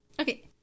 Okay